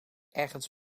ergens